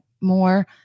more